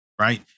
right